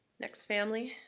next family,